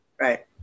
right